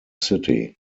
city